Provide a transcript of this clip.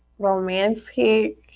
Romantic